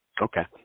Okay